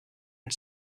and